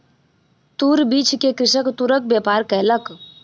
तूर बीछ के कृषक तूरक व्यापार केलक